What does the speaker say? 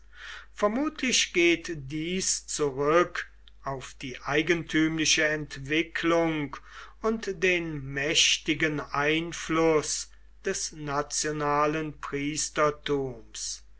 vermutlich geht dies zurück auf die eigentümliche entwicklung und den mächtigen einfluß des nationalen priestertums